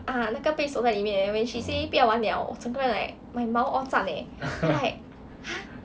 啊那个被锁在里面 when she say 不要玩了我整个人 like 我毛 all 站 leh like !huh!